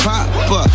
Papa